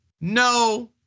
no